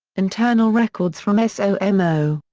internal records from ah so somo,